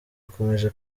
akomeje